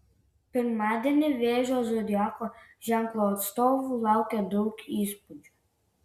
pirmadienį vėžio zodiako ženklo atstovų laukia daug įspūdžių